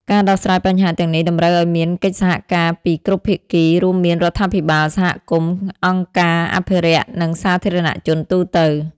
ការដោះស្រាយបញ្ហាទាំងនេះតម្រូវឲ្យមានកិច្ចសហការពីគ្រប់ភាគី រួមមានរដ្ឋាភិបាល សហគមន៍ អង្គការអភិរក្ស និងសាធារណជនទូទៅ។